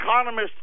economists